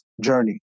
journey